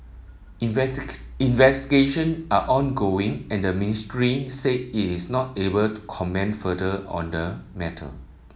investigation are ongoing and the ministry said it is not able to comment further on the matter